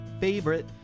favorite